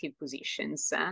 positions